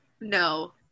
no